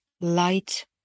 light